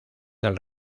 del